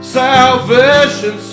salvation